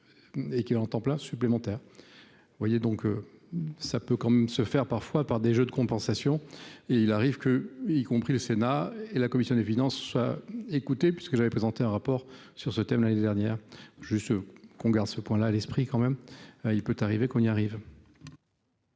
et qui entend plein supplémentaires, vous voyez, donc ça peut quand même se faire parfois par des jeux de compensation et il arrive que, y compris le Sénat et la commission des finances écoutez parce que j'avais présenté un rapport sur ce thème, l'année dernière, juste qu'on garde ce point là, à l'esprit quand même, il peut arriver qu'on y arrive.